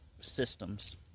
systems